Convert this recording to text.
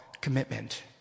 commitment